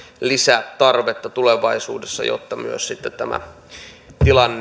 lisätarvetta tulevaisuudessa jotta myös sitten tilanne